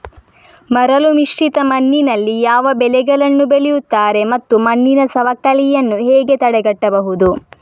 ಮರಳುಮಿಶ್ರಿತ ಮಣ್ಣಿನಲ್ಲಿ ಯಾವ ಬೆಳೆಗಳನ್ನು ಬೆಳೆಯುತ್ತಾರೆ ಮತ್ತು ಮಣ್ಣಿನ ಸವಕಳಿಯನ್ನು ಹೇಗೆ ತಡೆಗಟ್ಟಬಹುದು?